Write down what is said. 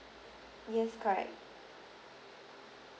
yes correct